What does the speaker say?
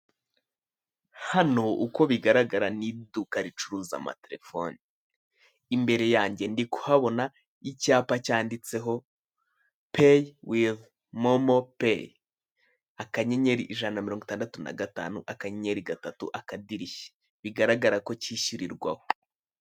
Hano uko bigaragara ni iduka ricuruza amatelefone, imbere yange ndikuhabona icyapa cyanditseho peyi wivu momo peyi, akanyenyeri ijana na mirongo itandatu na gatanu akanyenyeri gatatu akadirishya, bigaragara ko cyishyurirwaho.